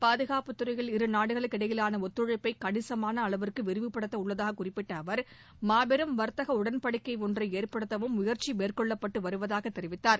பாதுகாப்புத்துறையில் இருநாடுகளுக்கு இடையிலான ஒத்துழைப்பை கணிசமான அளவுக்கு விரிவுபடுத்தவுள்ளதுக குறிப்பிட்ட அவர் மாபெரும் வர்த்தக உடன்படிக்கை ஒன்றை ஏற்படுத்தவும் முயற்சி மேற்கொள்ளப்பட்டு வருவதாக தெரிவித்தார்